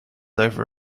over